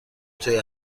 توی